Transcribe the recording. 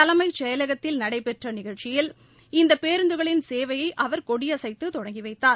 தலைமைச் செயலகத்தில் நடைபெற்ற நிகழ்ச்சியில் இந்த பேருந்துகளின் சேவையை அவர் கொடியசைத்து தொடங்கி வைத்தார்